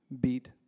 beat